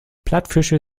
plattfische